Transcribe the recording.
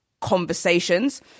conversations